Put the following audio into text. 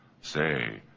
say